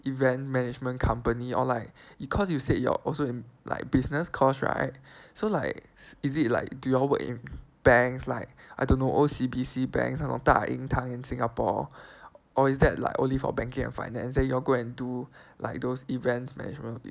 event management company or like because you said you are also in like business course right so like is it like do you all work in banks like I dont know O_C_B_C bank 那种大银行 in Singapore or is that like only for banking and finance and you all go and do like those events management